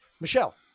Michelle